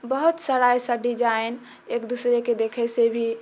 बहुत सारा ऐसा डिजाइन एक दोसरेके देखैसँ भी